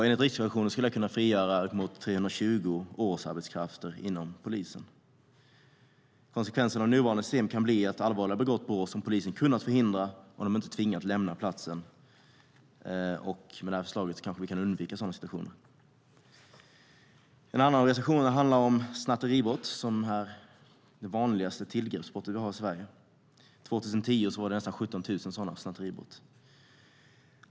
Enligt Riksrevisionen skulle det kunna frigöra uppemot 320 årsarbetskrafter inom polisen. Konsekvensen av nuvarande system kan bli att allvarliga brott begås som polisen skulle ha kunnat förhindra om de inte tvingats lämna platsen. Med det här förslaget kanske vi kan undvika sådana situationer. En annan av reservationerna handlar om snatteribrott, som är det vanligaste tillgreppsbrottet i Sverige. År 2010 var det nästan 17 000 snatteribrott.